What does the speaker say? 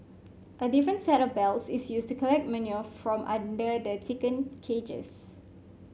a different set of belts is used to collect manure from under the chicken cages